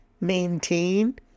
maintain